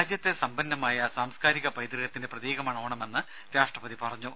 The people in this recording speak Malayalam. രാജ്യത്തെ സമ്പന്നമായ സാംസ്കാരിക പൈതൃകത്തിന്റെ പ്രതീകമാണ് ഓണമെന്ന് രാഷ്ട്രപതി പറഞ്ഞു